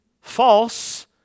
false